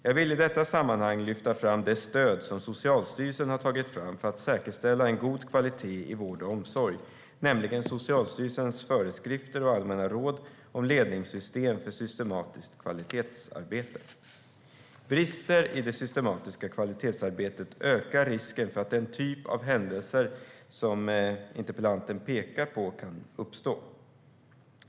Jag vill i detta sammanhang lyfta fram det stöd som Socialstyrelsen har tagit fram för att säkerställa en god kvalitet i vård och omsorg, nämligen Socialstyrelsens föreskrifter och allmänna råd om ledningssystem för systematiskt kvalitetsarbete. Brister i det systematiska kvalitetsarbetet ökar risken för att den typ av händelser som interpellanten pekar på kan uppstå.